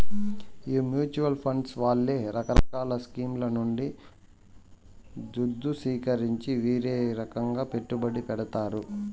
ఈ mutual fund వాళ్లే రకరకాల స్కీంల నుండి దుద్దు సీకరించి వీరే రకంగా పెట్టుబడి పెడతారు